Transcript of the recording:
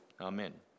Amen